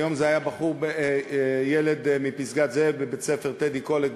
היום זה היה ילד מפסגת-זאב מבית-ספר טדי קולק,